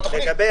לגבי